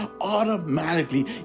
automatically